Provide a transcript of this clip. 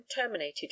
terminated